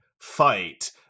fight